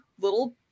little